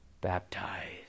baptized